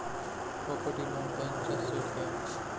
Property loan का interest rate क्या है?